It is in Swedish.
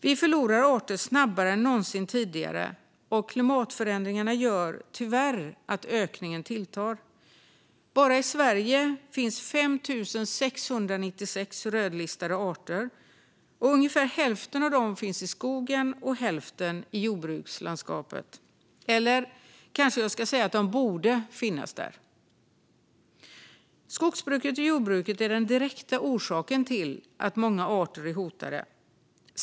Vi förlorar arter snabbare än någonsin tidigare, och klimatförändringarna gör tyvärr att ökningen tilltar. Bara i Sverige finns 5 696 rödlistade arter. Ungefär hälften av dessa finns i skogen och hälften i jordbrukslandskapet, eller jag kanske ska säga att de borde finnas där. Skogsbruket och jordbruket är den direkta orsaken till att många arter är hotade.